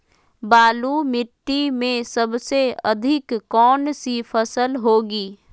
बालू मिट्टी में सबसे अधिक कौन सी फसल होगी?